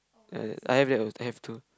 I I have al~ I have two